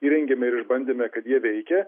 įrengėme ir išbandėme kad jie veikia